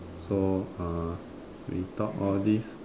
so uh we talk all this